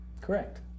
Correct